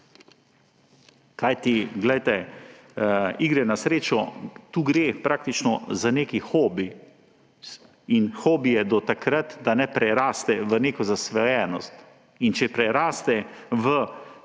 v Državnem zboru. Igre na srečo, tu gre praktično za nek hobi. In hobi je do takrat, da ne preraste v neko zasvojenost. In če preraste v